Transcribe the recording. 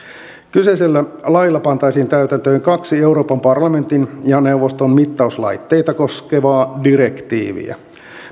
kyseisellä lailla pantaisiin täytäntöön kaksi euroopan parlamentin ja neuvoston mittauslaitteita koskevaa direktiiviä